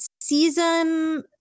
season